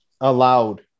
allowed